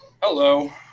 Hello